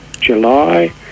July